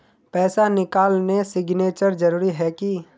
पैसा निकालने सिग्नेचर जरुरी है की?